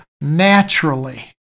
naturally